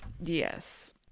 Yes